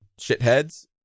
shitheads